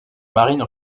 marine